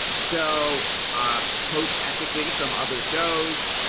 so poach ethically from other shows.